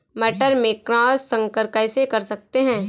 मटर में क्रॉस संकर कैसे कर सकते हैं?